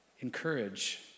encourage